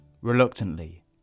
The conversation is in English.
Reluctantly